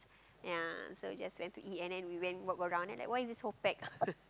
ya so we just went to eat and then we went walk around like that why he is so packed